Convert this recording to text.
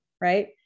right